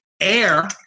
Air